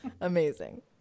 Amazing